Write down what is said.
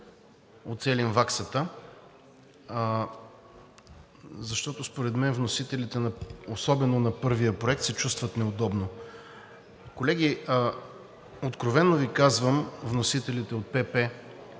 уцелим ваксата, защото според мен вносителите особено на първия проект се чувстват неудобно. Колеги, откровено Ви казвам, вносителите от ПП